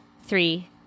three